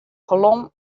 kolom